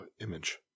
image